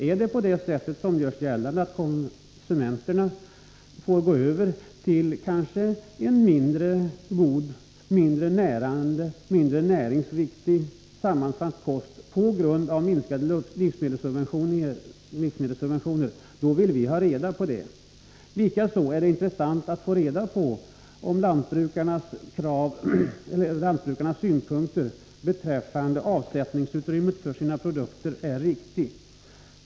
Är det på det sättet, som görs gällande, att konsumenterna får gå över till mindre bra och mindre näringsriktigt sammansatt kost på grund av minskade livsmedelssubventioner, så vill vi ha reda på det. Likaså är det intressant att få reda på om lantbrukarnas synpunkter beträffande avsätt ningsutrymmet för deras produkter är riktiga.